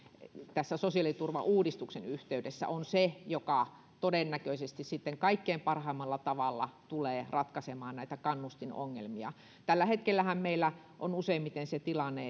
tässä sosiaaliturvauudistuksen yhteydessä on se joka todennäköisesti sitten kaikkein parhaimmalla tavalla tulee ratkaisemaan näitä kannustinongelmia tällä hetkellähän meillä on useimmiten se tilanne